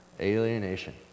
Alienation